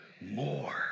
more